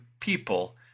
people